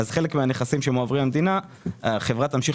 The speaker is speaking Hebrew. ובחלק מהנכסים שמועברים למדינה החברה תמשיך